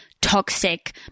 toxic